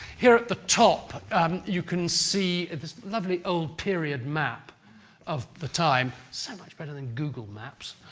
here at the top you can see this lovely, old period map of the time so much better than google maps.